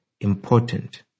important